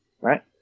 right